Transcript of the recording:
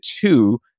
two